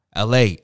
LA